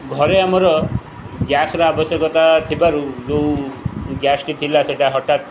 ଘରେ ଆମର ଗ୍ୟାସର ଆବଶ୍ୟକତା ଥିବାରୁ ଯେଉଁ ଗ୍ୟାସଟି ଥିଲା ସେଟା ହଠାତ୍